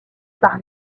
par